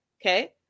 okay